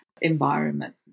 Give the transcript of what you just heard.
environment